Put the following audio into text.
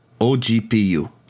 OGPU